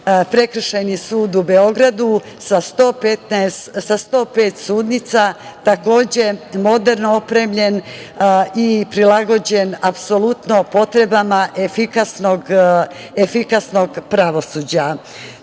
Prekršajni sud u Beogradu sa 105 sudnica, takođe moderno opremljen i prilagođen apsolutno potrebama efikasnog pravosuđa. Takođe,